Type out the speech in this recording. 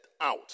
out